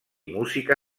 música